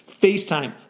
FaceTime